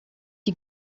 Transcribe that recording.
die